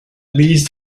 least